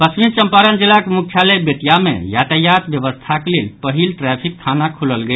पश्चिमी चंपारण जिलाक मुख्यालय बेतिया मे यातायात व्यवस्थाक लेल पहिल ट्रैफिक थाना खोलल गेल